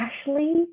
Ashley